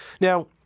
Now